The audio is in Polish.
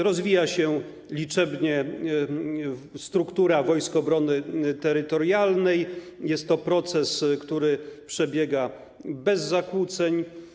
Rozwija się liczebnie struktura Wojsk Obrony Terytorialnej, jest to proces, który przebiega bez zakłóceń.